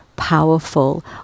powerful